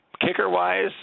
kicker-wise